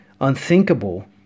unthinkable